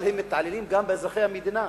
אבל הם מתעללים גם באזרחי המדינה.